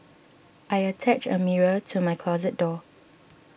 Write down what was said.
I attached a mirror to my closet door